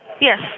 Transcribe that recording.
Yes